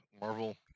Marvel